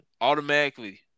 Automatically